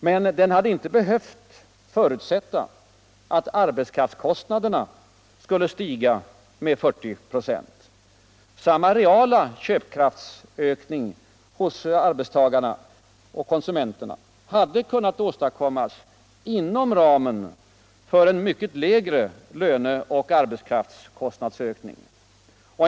Men den hade inte behövt förutsätta atlt arbetskraftskostnaderna skulle stiga med 40 6, Samma reala köpkraftsökning hos arbetstagarna och konsumenterna hade kunnat ästadkommas inom ramen för en mycket lägre löneoch arbetskraftskostnadsökning.